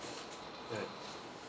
ya